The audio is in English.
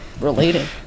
related